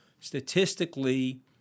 statistically